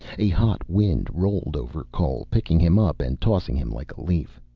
a hot wind rolled over cole, picking him up and tossing him like a leaf.